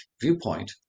viewpoint